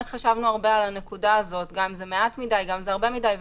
חשבנו הרבה על הנקודה הזאת גם אם זה מעט מדי וגם אם זה הרבה מדי.